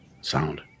sound